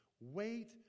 Wait